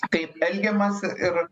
kaip elgiamasi ir